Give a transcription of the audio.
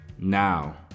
Now